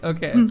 Okay